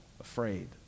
afraid